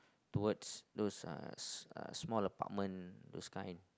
towards those uh uh small apartment those kind